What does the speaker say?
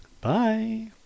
Bye